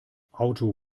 auto